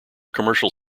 commercial